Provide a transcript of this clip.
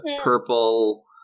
purple